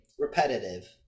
Repetitive